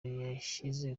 yashyize